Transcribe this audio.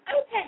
Okay